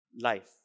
life